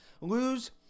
lose